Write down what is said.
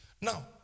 Now